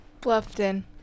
Bluffton